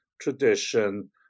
Tradition